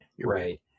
Right